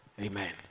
Amen